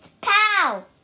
pow